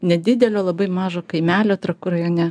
nedidelio labai mažo kaimelio trakų rajone